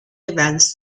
events